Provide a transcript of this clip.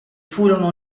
furono